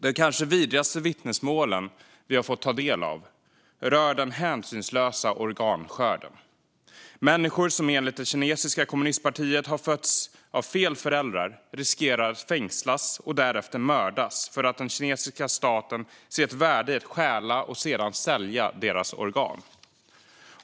De kanske vidrigaste vittnesmålen vi tagit del av rör den hänsynslösa organskörden. Människor som enligt det kinesiska kommunistpartiet har fötts av fel föräldrar riskerar att fängslas och därefter mördas för att den kinesiska staten ser ett värde i att stjäla och sälja deras organ.